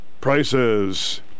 prices